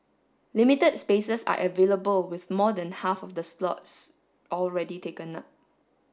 limited spaces are available with more than half of the slots already taken up